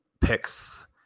picks